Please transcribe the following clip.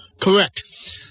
Correct